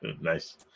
Nice